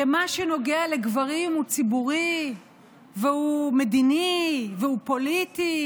שמה שנוגע לגברים הוא ציבורי והוא מדיני והוא פוליטי,